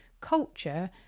culture